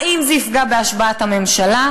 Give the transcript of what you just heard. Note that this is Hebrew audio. האם זה יפגע בהשבעת הממשלה?